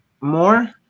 more